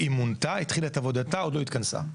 היא מונתה, התחילה את עבודתה, עוד לא התכנסה.